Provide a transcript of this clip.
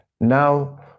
now